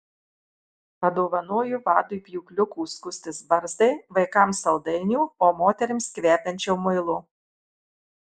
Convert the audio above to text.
padovanoju vadui pjūkliukų skustis barzdai vaikams saldainių o moterims kvepiančio muilo